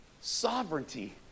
sovereignty